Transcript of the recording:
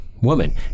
woman